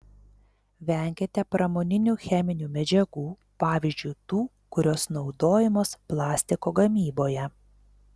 venkite pramoninių cheminių medžiagų pavyzdžiui tų kurios naudojamos plastiko gamyboje